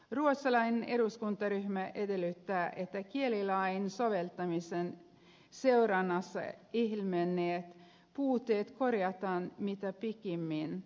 ruotsalainen eduskuntaryhmä edellyttää että kielilain soveltamisen seurannassa ilmenneet puutteet korjataan mitä pikimmin